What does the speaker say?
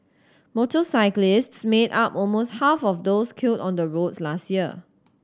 motorcyclists made up almost half of those killed on the roads last year